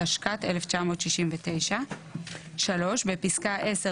התשכ"ט-1969,"; בפסקה (10),